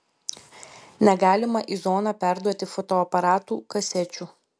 negalima į zoną perduoti fotoaparatų kasečių